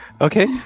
Okay